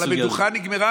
אבל המדוכה נגמרה.